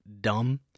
dumb